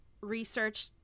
research